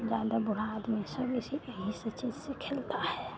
तो ज़्यादा बूढ़ा आदमी सब इसी ही चीज़ से खेलता है